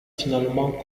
finalement